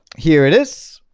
here it is